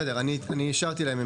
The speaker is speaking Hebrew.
בסדר, אני אישרתי להם.